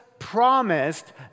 promised